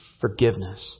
forgiveness